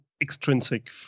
extrinsic